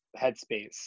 headspace